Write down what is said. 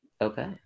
Okay